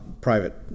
private